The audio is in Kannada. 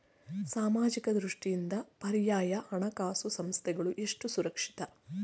ಸಾಮಾಜಿಕ ದೃಷ್ಟಿಯಿಂದ ಪರ್ಯಾಯ ಹಣಕಾಸು ಸಂಸ್ಥೆಗಳು ಎಷ್ಟು ಸುರಕ್ಷಿತ?